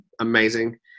amazing